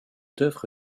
d’œuvre